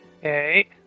okay